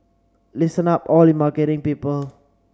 listen up all you marketing people